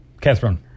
Catherine